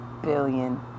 billion